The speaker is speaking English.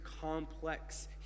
complex